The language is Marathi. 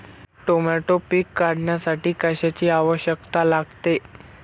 टोमॅटो पीक काढण्यासाठी कशाची आवश्यकता लागते?